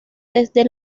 desde